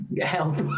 help